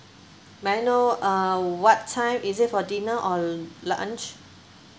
may I know uh what time is it for dinner or lunch